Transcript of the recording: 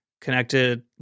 Connected